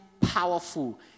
powerful